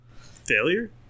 Failure